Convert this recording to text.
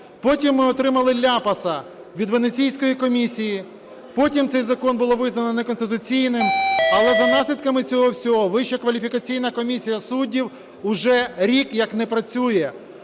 Потім ми отримали ляпаса від Венеційської комісії, потім цей закон було визнано неконституційним, але за наслідками цього всього Вища кваліфікаційна комісія суддів уже рік, як не працює.